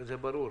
זה ברור.